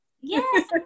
Yes